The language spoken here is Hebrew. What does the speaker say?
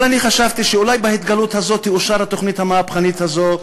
אבל אני חשבתי שאולי בהתגלות הזו תאושר התוכנית המהפכנית הזו,